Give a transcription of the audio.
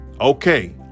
okay